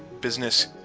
business